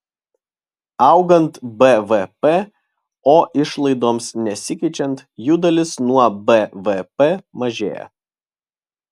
augant bvp o išlaidoms nesikeičiant jų dalis nuo bvp mažėja